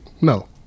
no